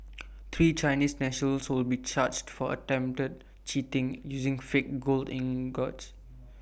three Chinese nationals will be charged for attempted cheating using fake gold ingots